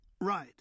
Right